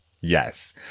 Yes